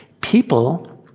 People